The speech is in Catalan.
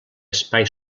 espai